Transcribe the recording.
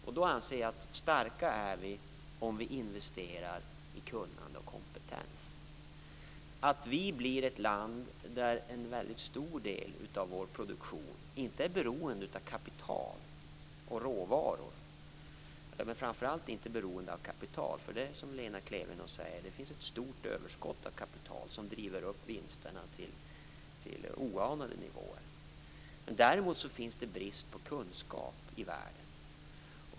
Jag anser att vi är starka om vi investerar i kunnande och kompetens. Sverige blir ett land där en väldigt stor del av produktionen inte är beroende av kapital. Det är som Lena Klevenås säger: Det finns ett stort överskott av kapital, som driver upp vinsterna till oanade nivåer. Däremot finns det brist på kunskap i världen.